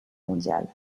mondiale